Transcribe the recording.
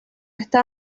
está